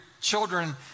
children